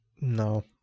no